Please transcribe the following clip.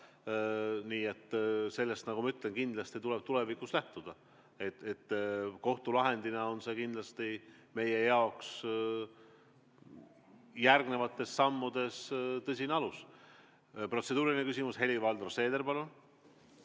nii et sellest kindlasti tuleb tulevikus lähtuda. Kohtulahendina on see kindlasti meie jaoks järgnevates sammudes tõsine alus. Protseduuriline küsimus, Helir-Valdor Seeder, palun!